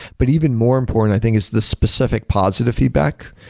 but even more important i think is the specific positive feedback.